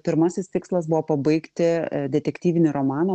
pirmasis tikslas buvo pabaigti detektyvinį romaną